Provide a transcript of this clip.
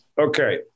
Okay